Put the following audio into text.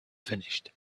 finished